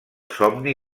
somni